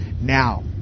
now